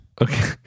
Okay